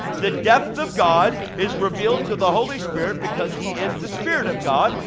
the depth of god is revealed to the holy spirit because he is the spirit of god,